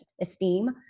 esteem